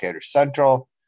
central